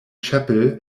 chapel